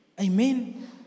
Amen